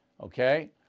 Okay